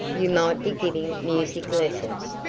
you might be giving music lessons.